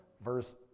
verse